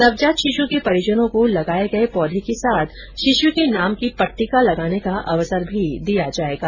नवजात शिशु के परिजनों को लगाए गए पौधे के साथ शिशु के नाम की पट्टिका लगाने का अवसर भी दिया जायेगा